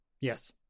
Yes